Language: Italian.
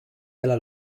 della